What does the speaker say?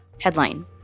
Headline